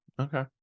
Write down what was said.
Okay